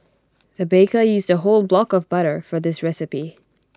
the baker used A whole block of butter for this recipe